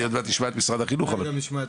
עוד מעט נשמע את משרד החינוך אבל כך נראה לי.